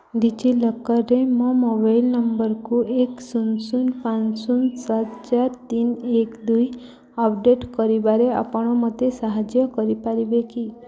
ଡିଜିଲକର୍ରେ ମୋ ମୋବାଇଲ୍ ନମ୍ବର୍କୁ ଏକ ଶୂନ ଶୂନ ପାଞ୍ଚ ଶୂନ ସାତ ଚାରି ତିନି ଏକ ଦୁଇ ଅପଡ଼େଟ୍ କରିବାରେ ଆପଣ ମୋତେ ସାହାଯ୍ୟ କରିପାରିବେ କି